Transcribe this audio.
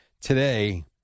Today